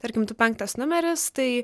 tarkim tu penktas numeris tai